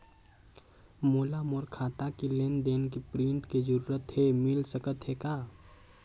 मोला मोर खाता के लेन देन के प्रिंट के जरूरत हे मिल सकत हे का?